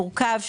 מורכב,